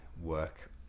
work